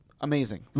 amazing